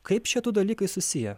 kaip šie du dalykai susiję